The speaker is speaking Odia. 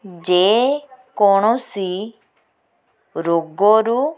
ଯେ କୌଣସି ରୋଗରୁ